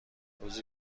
روزی